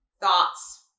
thoughts